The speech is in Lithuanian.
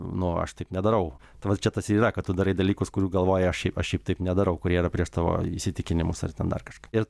nu aš taip nedarau tai va čia tas yra kad tu darai dalykus kurių galvoji aš šiaip aš šiaip taip nedarau kurie yra prieš tavo įsitikinimus ar ten dar kažką ir